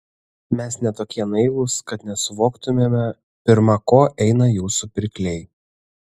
mes ne tokie naivūs kad nesuvoktumėme pirma ko eina jūsų pirkliai